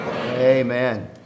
Amen